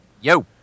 Yo